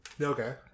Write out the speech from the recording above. okay